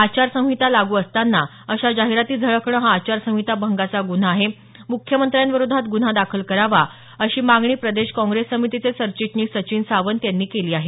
आचारसंहिता लागू असताना अशा जाहिराती झळकणं हा आचारसंहिता भंगाचा गुन्हा आहे मुख्यमंत्र्यांविरोधात गुन्हा दाखल करावा अशी मागणी प्रदेश काँग्रेस समितीचे सरचिटणीस सचिन सावंत यांनी केली आहे